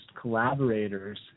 collaborators